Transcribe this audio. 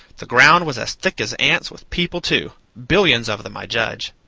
the ground was as thick as ants with people, too billions of them, i judge.